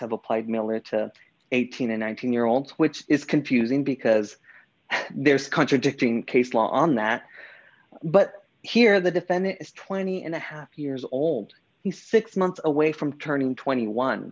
have applied miller to eighteen in one thousand year old which is confusing because there's contradicting case law on that but here the defendant is twenty and a half years old he's six months away from turning twenty one